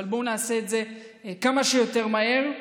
אבל בואו נעשה את זה כמה שיותר מהר,